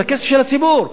זה הכסף של הציבור,